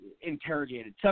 interrogated